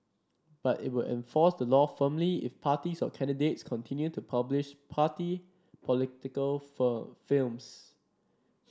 but it will enforce the law firmly if parties or candidates continue to publish party political firm films